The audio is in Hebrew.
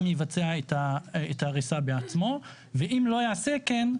יבצע את ההריסה בעצמו ואם לא יעשה כן,